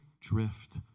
drift